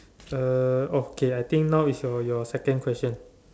uh oh okay I think now is your your second question